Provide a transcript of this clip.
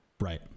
Right